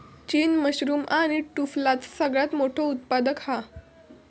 चीन मशरूम आणि टुफलाचो सगळ्यात मोठो उत्पादक हा